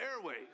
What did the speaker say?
airways